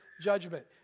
judgment